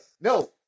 no